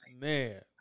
Man